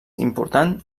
important